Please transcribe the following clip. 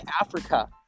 Africa